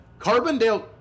Carbondale